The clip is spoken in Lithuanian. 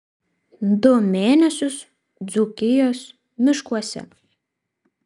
du mėnesius dzūkijos miškuose